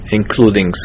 including